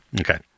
Okay